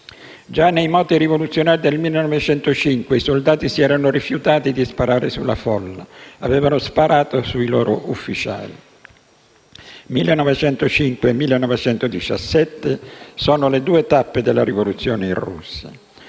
Già nei moti rivoluzionari del 1905, i soldati si erano rifiutatati di sparare sulla folla e avevano sparato sui loro ufficiali; 1905 e 1917 sono le due tappe della rivoluzione in Russia.